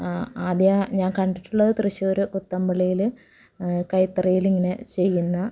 ആ ആദ്യം ഞാൻ കണ്ടിട്ടുള്ള തൃശ്ശൂർ കുത്തമ്പളിയിൽ കൈത്തറിയിൽ ഇങ്ങനെ ചെയ്യുന്ന